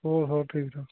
ਹੋਰ ਹੋਰ ਠੀਕ ਠਾਕ